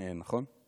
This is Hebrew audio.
נכון?